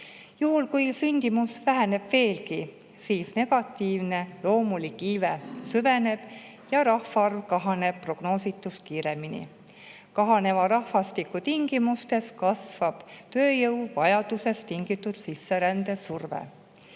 Juhul kui sündimus väheneb veelgi, siis negatiivne loomulik iive süveneb ja rahvaarv kahaneb prognoositust kiiremini. Kahaneva rahvastiku tingimustes kasvab tööjõu vajadusest tingitud sisserände surve.